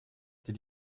did